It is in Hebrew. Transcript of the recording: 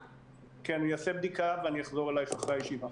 אעשה בדיקה ואחזור אלייך אחרי הישיבה.